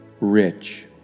rich